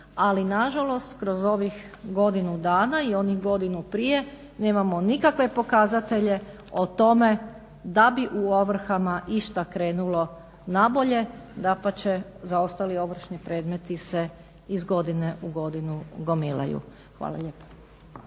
Ali nažalost kroz ovih godinu dana i onih godinu prije nemamo nikakvih pokazatelja o tome da bi u ovrhama išta krenulo nabolje, dapače zaostali ovršni predmeti se iz godine u godinu gomilaju. Hvala lijepo.